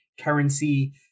currency